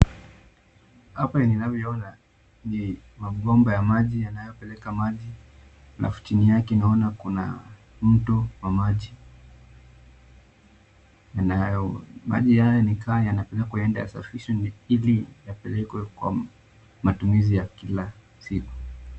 Hapa ninavyoona ni mabomba ya maji yanayopeleka maji alafu chini yake naona kuna mto wa maji. Maji haya ni kama yanapelekwa yaende yasafishwe ili yapelekwe kwa matumizi ya kila siku.